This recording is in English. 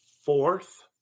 fourth